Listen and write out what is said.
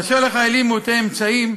באשר לחיילים מעוטי אמצעים,